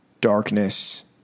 darkness